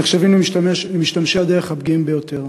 הנחשבים למשתמשי הדרך הפגיעים ביותר.